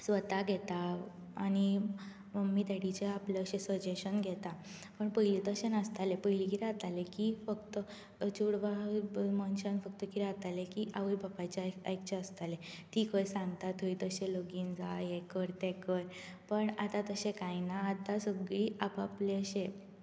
स्वता घेता आनी मम्मी डॅडीचें आपलें अशें सजॅशन घेता पण पयलीं तशें नासतालें पयलीं कितें आतालें की फक्त चेडवां मनशांक फक्त कितें आतालें की आवय बापायचें आयकचें आसतालें तीं खंय सांगता थंय तशें लगीन जा हें कर तें कर पण आतां तशें कांय ना आतां सगळीं आप आपले अशें